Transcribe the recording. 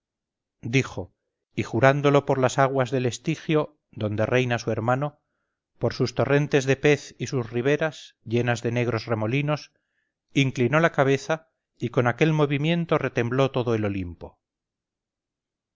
dijo y jurándolo por las aguas del estigio donde reina su hermano por sus torrentes de pez y sus riberas llenas de negros remolinos inclinó la cabeza y con aquel movimiento retembló todo el olimpo